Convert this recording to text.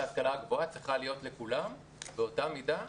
הגבוהה צריכה להיות לכולם באותה מידה,